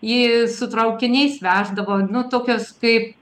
į su traukiniais veždavo nu tokios kaip